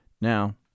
now